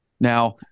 Now